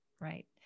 Right